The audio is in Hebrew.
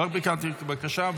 לא ביטלתי את הבקשה.